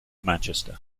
manchester